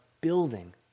building